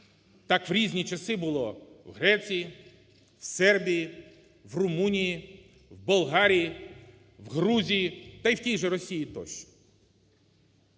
Так в різні часи було в Греції, в Сербії, в Румунії, в Болгарії, в Грузії та й в тій же Росії тощо.